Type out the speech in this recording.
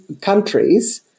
countries